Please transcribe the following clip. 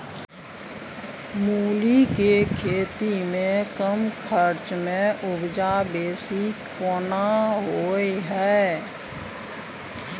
मूली के खेती में कम खर्च में उपजा बेसी केना होय है?